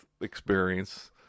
experience